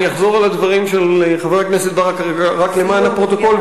אני אחזור על הדברים של חבר הכנסת ברכה רק למען הפרוטוקול.